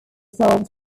solved